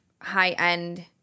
high-end